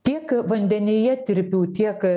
tiek vandenyje tirpių tiek